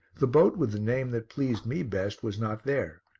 the boat with the name that pleased me best was not there.